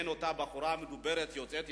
לאותה בחורה מדוברת, יוצאת אתיופיה,